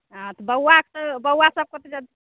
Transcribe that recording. हॅं तऽ बौआके बौआ सबके तऽ जे